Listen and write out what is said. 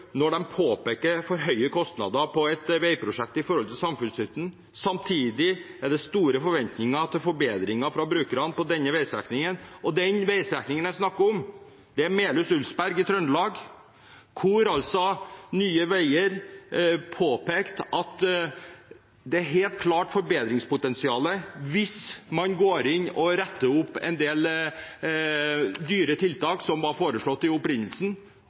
det store forventninger til forbedringer fra brukerne av denne veistrekningen. Den veistrekningen jeg snakker om, er Melhus–Ulsberg i Trøndelag, der Nye Veier påpekte at det helt klart var forbedringspotensial hvis man gikk inn og rettet opp en del dyre tiltak som opprinnelig var foreslått. Det er nå gjort, og den er kommet mye høyere opp på prioriteringslisten. Det blir replikkordskifte. Ingen ferdige prosjekter skal vente, spaden må settes i